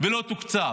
ולא תוקצב,